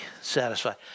satisfied